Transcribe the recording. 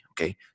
Okay